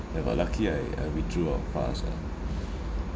eh but lucky I I withdrew fast ah